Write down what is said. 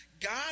God